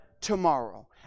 tomorrow